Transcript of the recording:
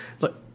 Look